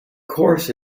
course